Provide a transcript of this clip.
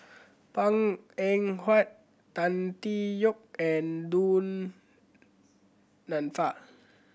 Png Eng Huat Tan Tee Yoke and Du Nanfa